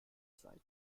seid